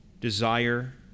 desire